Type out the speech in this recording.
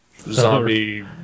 zombie